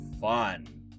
fun